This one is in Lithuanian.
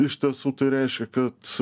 iš tiesų tai reiškia kad